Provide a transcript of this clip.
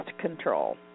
control